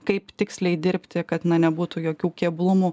kaip tiksliai dirbti kad na nebūtų jokių keblumų